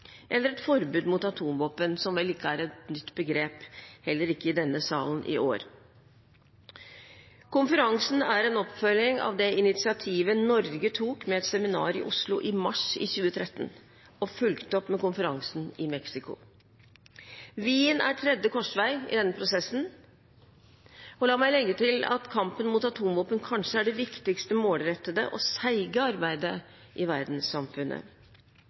eller et forbud mot atomvåpen, som vel ikke er et nytt begrep, heller ikke i denne salen i år. Konferansen er en oppfølging av det initiativet Norge tok med et seminar i Oslo i mars i 2013 og fulgte opp med konferansen i Mexico. Wien er tredje korsvei i denne prosessen. La meg legge til at kampen mot atomvåpen kanskje er det viktigste målrettede og seige arbeidet i verdenssamfunnet.